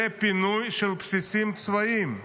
זה פינוי של בסיסים צבאיים,